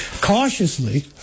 Cautiously